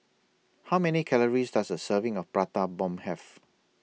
How Many Calories Does A Serving of Prata Bomb Have